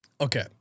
Okay